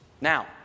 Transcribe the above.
now